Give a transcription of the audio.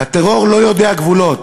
"הטרור לא יודע גבולות,